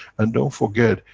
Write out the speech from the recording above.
and don't forget,